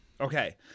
Okay